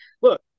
look